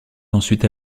ensuite